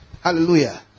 Hallelujah